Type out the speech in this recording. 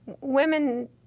women